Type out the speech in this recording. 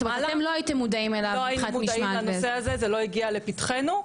לא היינו מודעים לנושא הזה, זה לא הגיע לפתחנו.